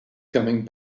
coming